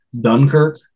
Dunkirk